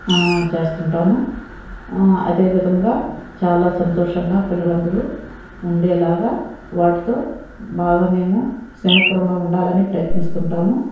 చేస్తుంటాము అదేవిధముగా చాలా సంతోషంగా పిల్లలందరు ఉండేలాగ వాటితో బాగా మేము స్నేహపూర్వకంగా ఉండాలని ప్రయత్నిస్తుంటాము